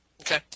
Okay